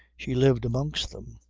she lived amongst them,